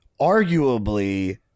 arguably